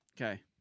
Okay